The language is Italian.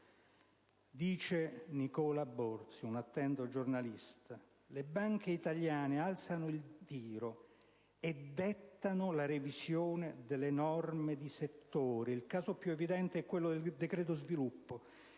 ancora Nicola Borzi, un attento giornalista: «le banche italiane alzano il tiro e dettano la revisione delle norme di settore. Il caso più evidente è quello del "decreto sviluppo"